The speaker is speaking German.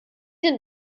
denn